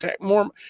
more